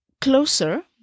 closer